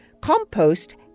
Compost